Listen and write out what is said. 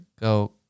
go